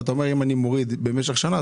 ואתה אומר שאם אני מוריד במשך שנה,